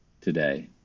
today